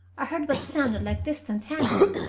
i heard what sounded like distant hammering,